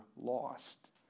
lost